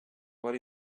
what